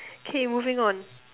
K moving on